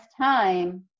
time